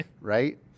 right